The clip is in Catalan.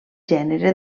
gènere